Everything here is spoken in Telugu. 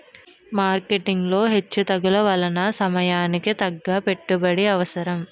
మార్కెటింగ్ లో హెచ్చుతగ్గుల వలన సమయానికి తగ్గ పెట్టుబడి అవసరం